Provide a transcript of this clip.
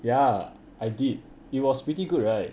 ya I did it was pretty good right